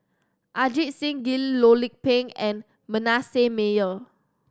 Ajit Singh Gill Loh Lik Peng and Manasseh Meyer